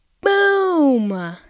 Boom